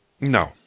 No